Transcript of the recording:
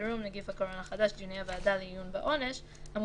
חירום (דיוני מעצר בבתי הדין הצבאיים),